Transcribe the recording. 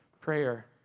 prayer